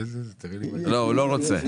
זו אחיזת עיניים כי היא לא יכול להשתמש בהן